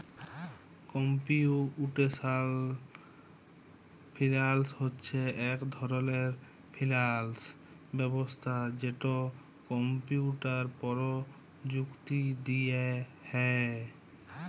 computational finance হছে ইক ধরলের ফিল্যাল্স ব্যবস্থা যেট কম্পিউটার পরযুক্তি দিঁয়ে হ্যয়